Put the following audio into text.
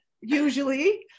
usually